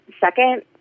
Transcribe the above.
Second